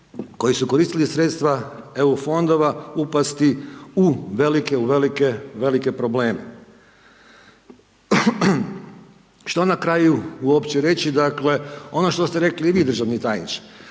koji su koristili sredstva EU fondova upasti u velike, u velike, velike probleme. Što na kraju uopće reći? Dakle, ono što ste rekli i vi, državni tajniče.